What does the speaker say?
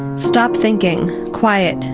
stop thinking, quiet,